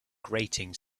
grating